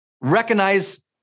Recognize